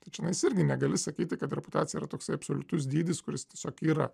tai čionais irgi negali sakyti kad reputacija yra toks absoliutus dydis kuris tiesiog yra